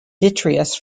detritus